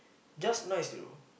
just nice you know